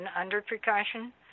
under-precaution